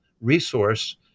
resource